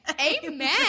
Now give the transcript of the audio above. Amen